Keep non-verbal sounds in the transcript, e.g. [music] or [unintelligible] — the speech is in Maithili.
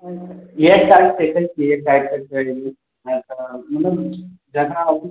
[unintelligible] एक तारिख तक अबय छियै एक तारिख तक [unintelligible] एक